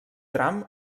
tram